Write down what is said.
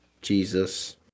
Jesus